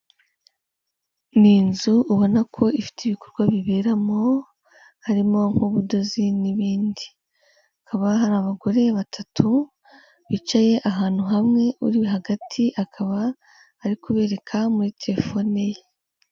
Ni inzu ubona ko ifite ibikorwa biberamo, harimo ubudozi n'ibindi. Hakaba hari abagore batatu bicaye ahantu hamwe, uri hagati akaba ari kubereka muri terefone ye.